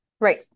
Right